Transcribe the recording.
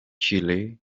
chile